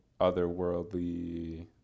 otherworldly